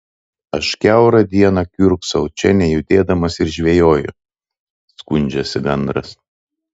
aš kiaurą dieną kiurksau čia nejudėdamas ir žvejoju skundžiasi gandras